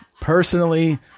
personally